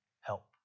help